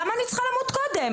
למה אני צריכה למות קודם?